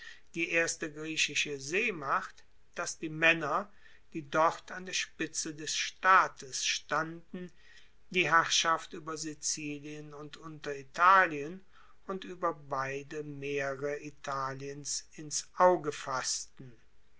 die erste griechische seemacht dass die maenner die dort an der spitze des staates standen die herrschaft ueber sizilien und unteritalien und ueber beide meere italiens ins auge fassten